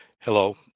hello